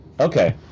Okay